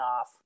off